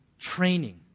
training